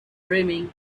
dreaming